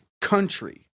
country